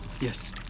Yes